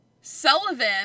Sullivan